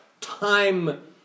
time